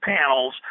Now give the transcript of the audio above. panels